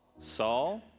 Saul